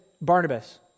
Barnabas